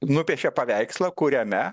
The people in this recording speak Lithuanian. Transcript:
nupiešė paveikslą kuriame